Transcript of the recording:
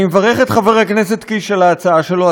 אני מברך את חבר הכנסת קיש על ההצעה שלו,